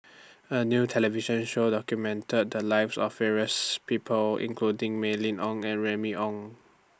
A New television Show documented The Lives of various People including Mylene Ong and Remy Ong